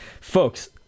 folks